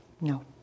No